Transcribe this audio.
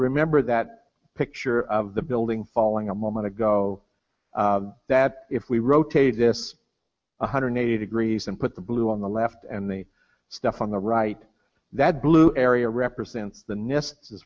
remember that picture of the building falling a moment ago that if we rotate this one hundred eighty degrees and put the blue on the left and the stuff on the right that blue area represents the nests